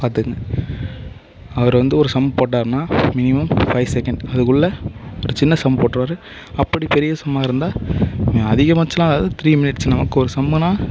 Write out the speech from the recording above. பார்த்துக்குங்க அவர் வந்து ஒரு சம் போட்டாருன்னால் மினிமம் ஃபை செகேண்ட் அதுக்குள்ளே ஒரு சின்ன சம் போட்டிருவாரு அப்படி பெரிய சம்மாக இருந்தால் அதிகபட்சம்லாம் அதாவது த்ரீ மினிட்ஸ் நமக்கு ஒரு சம்முன்னால்